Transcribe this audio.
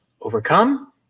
overcome